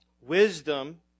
Wisdom